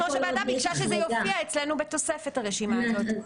יושבת-ראש הוועדה ביקשה שזה יופיע אצלנו בתוספת הרשימה הזאת.